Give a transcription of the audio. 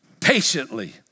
patiently